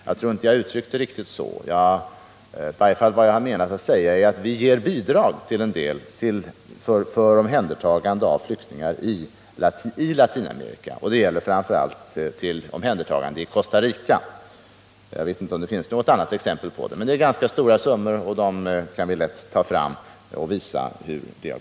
Jag tror inte att jag uttryckte det riktigt så. Vad jag menade var att vi ger bidrag för omhändertagande av flyktingar i Latinamerika, och det gäller framför allt omhändertagande i Costa Rica. Jag vet inte om det finns något annat exempel på detta. Det är emellertid ganska stora summor och: dem kan vi lätt redovisa.